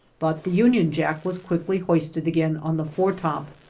but the union jack was quickly hoisted again on the foretop.